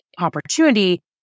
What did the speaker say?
opportunity